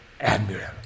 Admiral